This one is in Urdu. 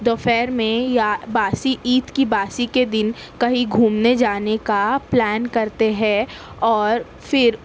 دوپہر میں یا باسی عید کی باسی کے دِن کہیں گھومنے جانے کا پلان کرتے ہیں اور پھر